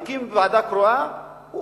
מקים ועדה קרואה,